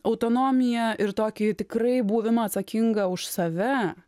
autonomiją ir tokį tikrai buvimą atsakinga už save